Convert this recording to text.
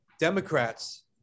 Democrats